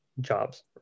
jobs